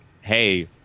hey